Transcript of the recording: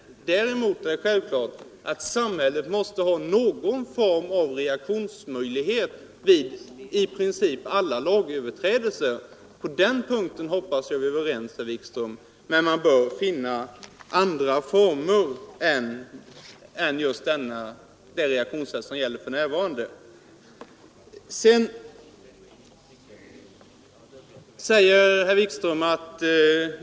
Däremot är det självklart att samhället måste ha någon reaktionsmöjlighet vid i princip alla lagöverträdelser. På den punkten hoppas jag att vi är överens, herr Wikström och jag. Men vi bör finna andra reaktionssätt än de vi för närvarande har i detta fall.